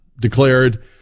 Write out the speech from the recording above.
declared